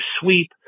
sweep